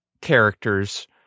characters